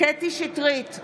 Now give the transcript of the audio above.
קטי קטרין שטרית,